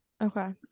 Okay